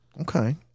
Okay